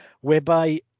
whereby